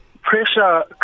pressure